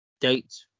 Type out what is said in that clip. date